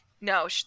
No